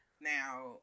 Now